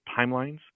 timelines